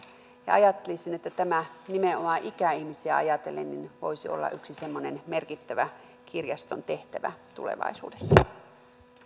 ajattelisin että tämä nimenomaan ikäihmisiä ajatellen voisi olla yksi semmoinen merkittävä kirjaston tehtävä tulevaisuudessa